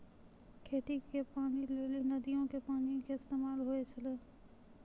खेती के पानी लेली नदीयो के पानी के इस्तेमाल होय छलै